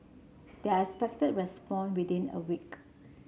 they are expected respond within a week